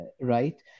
Right